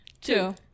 Two